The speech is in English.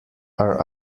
are